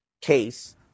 case